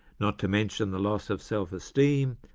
not to mention the loss of self-esteem,